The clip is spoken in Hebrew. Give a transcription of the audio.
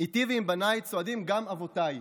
איתי ועם בניי צועדים גם אבותיי,